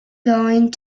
going